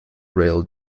rail